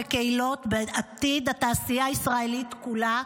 בקהילות ובעתיד התעשייה הישראלית כולה,